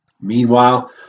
Meanwhile